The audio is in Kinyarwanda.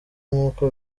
nkuko